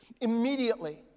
immediately